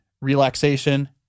relaxation